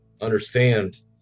understand